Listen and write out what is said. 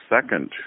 second